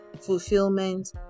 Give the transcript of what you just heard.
fulfillment